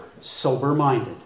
sober-minded